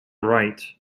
right